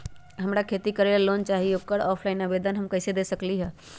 हमरा खेती करेला लोन चाहि ओकर ऑफलाइन आवेदन हम कईसे दे सकलि ह?